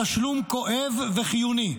התשלום כואב וחיוני.